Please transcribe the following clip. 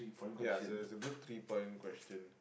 ya so is a good three point question